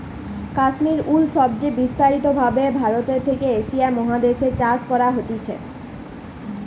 কাশ্মীর উল সবচে বিস্তারিত ভাবে ভারতে আর এশিয়া মহাদেশ এ চাষ করা হতিছে